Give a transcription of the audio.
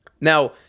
Now